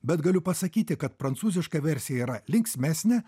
bet galiu pasakyti kad prancūziška versija yra linksmesnė